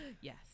Yes